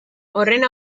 horren